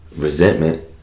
resentment